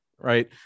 right